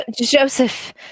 Joseph